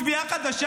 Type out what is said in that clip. תביעה חדשה,